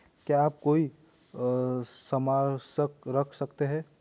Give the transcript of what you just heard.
क्या आप कोई संपार्श्विक रख सकते हैं?